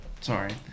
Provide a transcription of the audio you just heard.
sorry